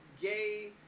gay